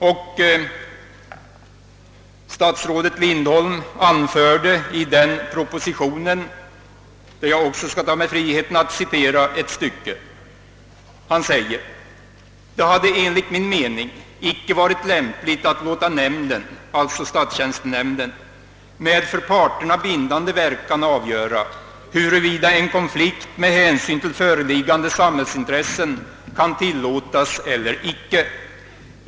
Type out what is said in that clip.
Dåvarande statsrådet Lindholm anförde i denna proposition: »Det hade enligt min mening icke varit lämpligt att låta nämnden» — alltså statstjänstenämnden — »med för parterna bindande verkan avgöra, huruvida en konflikt med hänsyn till föreliggande samhällsintressen kan tillåtas eller icke.